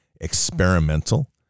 experimental